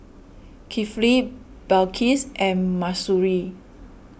Kifli Balqis and Mahsuri